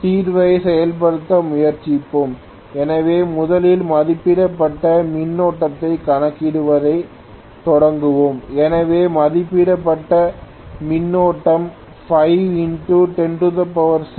தீர்வைச் செயல்படுத்த முயற்சிப்போம் எனவே முதலில் மதிப்பிடப்பட்ட மின்னோட்டத்தைக் கணக்கிடுவதைத் தொடங்குவோம் எனவே மதிப்பிடப்பட்ட மின்னோட்டம் 5106311103262